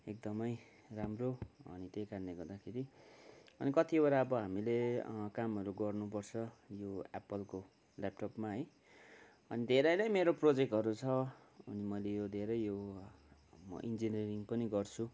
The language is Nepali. एकदमै राम्रो अनि त्यहीकारणले गर्दाखेरि अनि कतिवटा अब हामीले कामहरू गर्नुपर्छ यो एप्पलको ल्यापटपमा है अनि धेरै नै मेरो प्रोजेक्टहरू छ अनि मैले यो धेरै यो म इन्जिनियरिङ पनि गर्छु